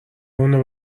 اونو